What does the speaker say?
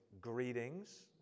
greetings